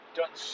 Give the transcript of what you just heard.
done